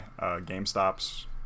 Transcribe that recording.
GameStop's